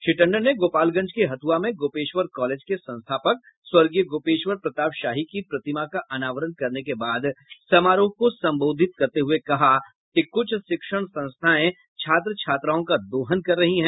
श्री टंडन ने गोपालगंज के हथुआ में गोपेश्वर कॉलेज के संस्थापक स्वर्गीय गोपेश्वर प्रताप शाही की प्रतिमा का अनावरण करने के बाद समारोह को संबोधित करते हुए कहा कि कुछ शिक्षण संस्थाएं छात्र छात्राओं का दोहन कर रही हैं